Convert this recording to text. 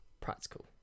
practical